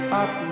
up